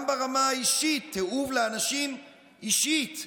גם ברמה האישית, תיעוב לאנשים אישית.